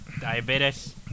Diabetes